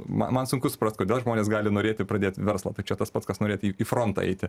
man sunku suprast kodėl žmonės gali norėti pradėti verslą tai čia tas pats kas norėt į frontą eiti